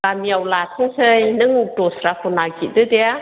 गामियाव लाथोंसै नों दस्राखौ नागिरदो दे